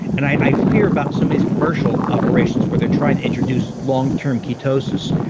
and i fear about some of these commercial operations where they're trying to introduce long-term ketosis.